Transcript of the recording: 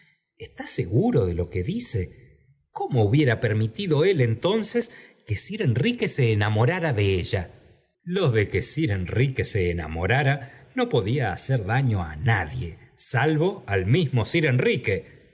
está seguro de lo que dice cómo hubiera permitido él entonces que sir enrique se enamorara de ella lo de que sir enrique se enamorara no podía hacer daño á nadie salvo al mismo sir enrique